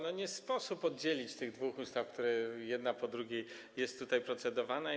Nie sposób oddzielić tych dwóch ustaw, które jedna po drugiej są tutaj procedowane.